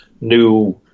new